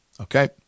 Okay